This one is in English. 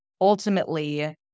Ultimately